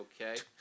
Okay